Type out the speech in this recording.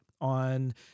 on